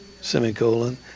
semicolon